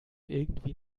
irgendwie